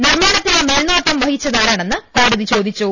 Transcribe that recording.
നിർമ്മാണത്തിന് മേൽനോട്ടം വഹിച്ചതാരാണെന്ന് കോടതി ചോദി ച്ചു